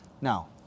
now